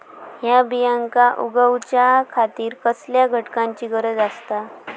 हया बियांक उगौच्या खातिर कसल्या घटकांची गरज आसता?